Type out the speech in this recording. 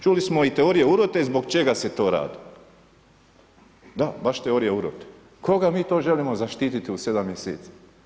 Čuli smo i teorije urote zbog čega se to radi, da, baš teorije urote, koga mi to želimo zaštititi u 7 mjeseci.